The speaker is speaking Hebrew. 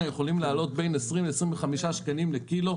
יכולים לעלות בין 20 ל-25 שקלים לקילו,